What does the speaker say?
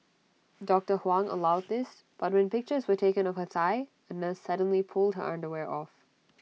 doctor Huang allowed this but when pictures were taken of her thigh A nurse suddenly pulled her underwear off